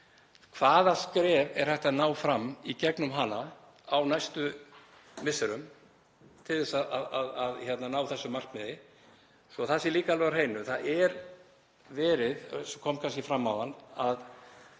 Hvaða skrefum er hægt að ná fram í gegnum hana á næstu misserum til þess að ná þessu markmiði? Svo það sé líka alveg á hreinu þá er, eins og kom kannski fram áðan,